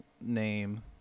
name